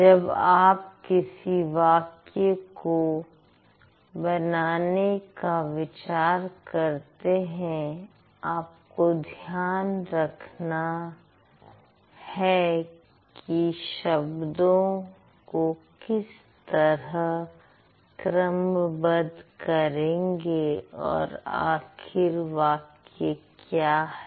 जब आप किसी वाक्य को बनाने का विचार करते हैं आपको ध्यान रखना है कि शब्दों को किस तरह क्रमबद्ध करेंगे और आखिर वाक्य क्या है